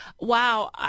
Wow